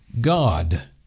God